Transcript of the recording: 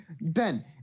Ben